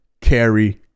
carry